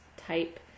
type